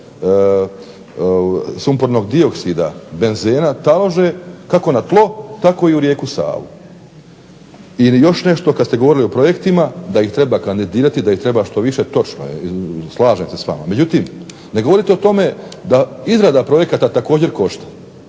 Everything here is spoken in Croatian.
sumpornog dioksida, benzena talože kako na tlo tako i u rijeku Savu. I još nešto, kad ste govorili o projektima da ih treba kandidirati, da ih treba što više. Točno je, slažem se s vama. Međutim, ne govorite o tome da izrada projekata također košta,